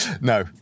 no